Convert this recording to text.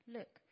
Look